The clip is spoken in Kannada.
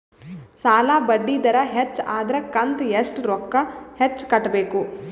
ಸಾಲಾ ಬಡ್ಡಿ ದರ ಹೆಚ್ಚ ಆದ್ರ ಕಂತ ಎಷ್ಟ ರೊಕ್ಕ ಹೆಚ್ಚ ಕಟ್ಟಬೇಕು?